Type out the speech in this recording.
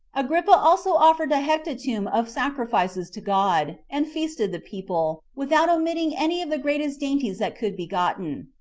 agrippa also offered a hecatomb of sacrifices to god and feasted the people, without omitting any of the greatest dainties that could be gotten.